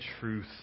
truth